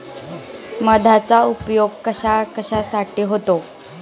मधाचा उपयोग कशाकशासाठी होतो?